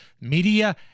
Media